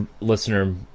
listener